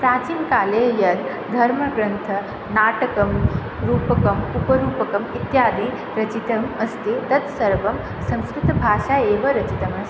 प्राचीनकाले यत् धर्मग्रन्थं नाटकं रूपकं उपरूपकम् इत्यादि रचितम् अस्ति तत् सर्वं संस्कृतभाषया एव रचितम् अस्ति